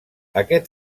aquest